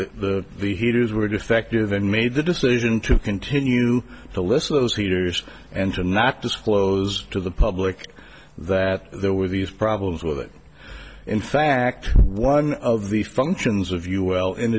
that the the heaters were defective and made the decision to continue to listen to those leaders and to not disclose to the public that there were these problems with it in fact one of the functions of you well in